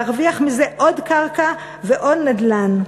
להרוויח מזה עוד קרקע ועוד נדל"ן.